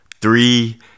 Three